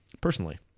personally